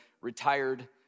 retired